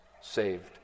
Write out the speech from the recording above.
saved